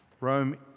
Rome